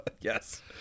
Yes